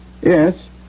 Yes